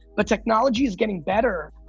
but technology is getting better,